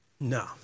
no